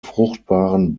fruchtbaren